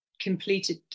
completed